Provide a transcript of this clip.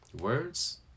words